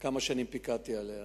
כמה שנים פיקדתי עליו.